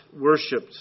worshipped